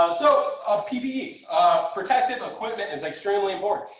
um so of bee bee protective equipment is extremely important,